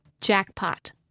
Jackpot